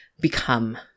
become